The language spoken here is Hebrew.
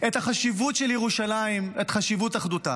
את החשיבות של ירושלים, את חשיבות אחדותה.